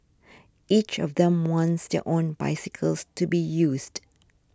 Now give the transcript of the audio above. each of them wants their own bicycles to be used